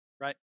Right